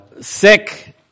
sick